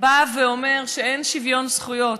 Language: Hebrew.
בא ואומר שאין שוויון זכויות,